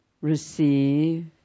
Receive